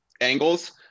angles